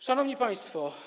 Szanowni Państwo!